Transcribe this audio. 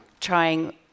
trying